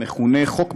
המכונה חוק בתי-החרושת,